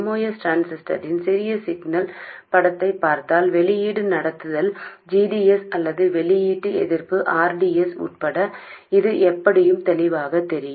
MOS டிரான்சிஸ்டரின் சிறிய signal படத்தைப் பார்த்தால் வெளியீடு நடத்துதல் g d s அல்லது வெளியீட்டு எதிர்ப்பு r d s உட்பட இது எப்படியும் தெளிவாகத் தெரியும்